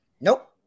Nope